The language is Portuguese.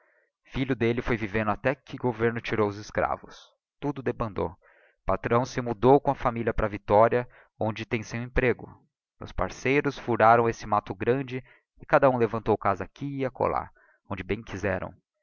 filho d'elle foi vivendo até que governo tirou os escravos tudo debandou patrão se mudou com a familia para victoria onde tem seu emprego meus parceiros furaram esse matto grande e cada um levantou casa aqui e acolá onde